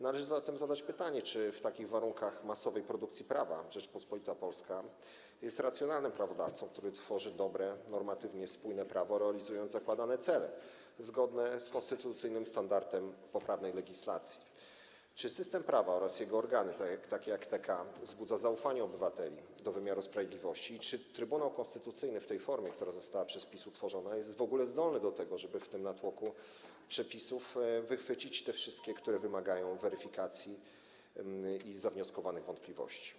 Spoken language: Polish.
Należy zatem zadać pytania, czy w takich warunkach masowej produkcji prawa Rzeczpospolita Polska jest racjonalnym prawodawcą, który tworzy dobre i normatywnie spójne prawo, realizując zakładane cele zgodne z konstytucyjnym standardem poprawnej legislacji, czy system prawa oraz jego organy takie jak TK wzbudzają zaufanie obywateli do wymiaru sprawiedliwości i czy Trybunał Konstytucyjny w tej formie, która została przez PiS utworzona, jest w ogóle zdolny do tego, żeby w tym natłoku przepisów wychwycić te wszystkie, które wymagają weryfikacji i wobec których należałoby zgłosić wątpliwości.